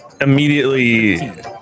Immediately